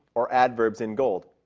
or adverbs in gold.